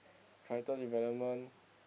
character development